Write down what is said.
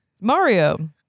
Mario